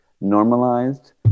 normalized